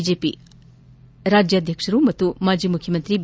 BJP ಅಧ್ಯಕ್ಷ ಹಾಗೂ ಮಾಜಿ ಮುಖ್ಯಮಂತ್ರಿ ಬಿ